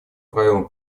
правилам